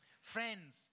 Friends